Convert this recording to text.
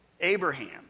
Abraham